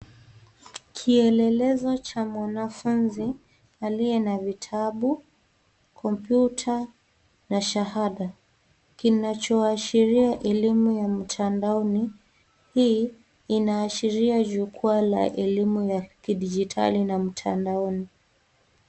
Kielelezo cha mwanafunzi aliye na vitabu, kompyuta na shahada kinacho ashiria elimu ya mtandaoni. Hii inaashiria jukwaa la elimu ya kidijitali na mtandaoni.